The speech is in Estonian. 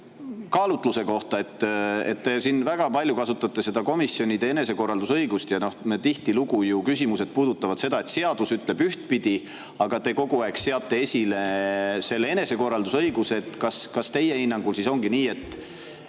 kaalutlemise kohta. Te siin väga palju viitate komisjonide enesekorraldusõigusele. Tihtilugu ju küsimused puudutavad seda, et seadus ütleb ühtpidi, aga te kogu aeg seate esile selle enesekorraldusõiguse. Kas teie hinnangul siis ongi nii, et